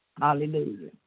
Hallelujah